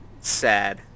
sad